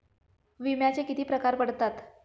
विम्याचे किती प्रकार पडतात?